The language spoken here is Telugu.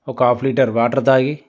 ఒక హాఫ్ లీటర్ వాటర్ తాగి